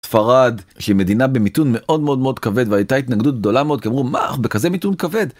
ספרד שהיא מדינה במיתון מאוד מאוד מאוד כבד והייתה התנגדות גדולה מאוד אמרו מה אנחנו בכזה מיתון כבד.